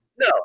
No